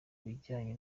bijyanye